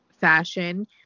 fashion